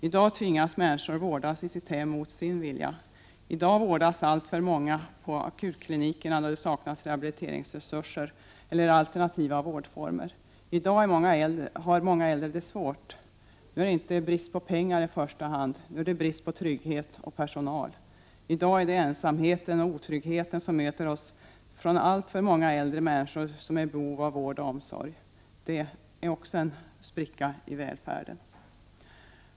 I dag tvingas människor vårdas i sitt hem mot sin vilja. I dag vårdas alltför många på akutklinikerna, då det saknas rehabiliteringsresurser eller alternativa vårdformer. I dag har många äldre det svårt. Nu är det inte brist på pengar i första hand, nu är det brist på trygghet och personal. I dag är det ensamheten och otryggheten som möter oss från alltför många äldre människor som är i behov av vård och omsorg. Detta är också en spricka i välfärden.